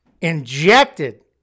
injected